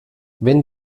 wenn